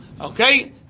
Okay